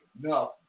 No